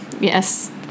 Yes